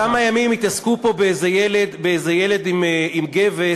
כמה ימים התעסקו פה באיזה ילד עם גבס,